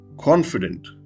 confident